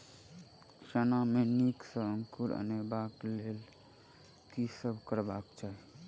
चना मे नीक सँ अंकुर अनेबाक लेल की सब करबाक चाहि?